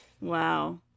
Wow